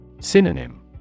Synonym